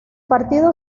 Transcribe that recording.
partido